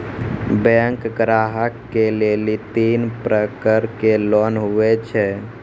Bank ग्राहक के लेली तीन प्रकर के लोन हुए छै?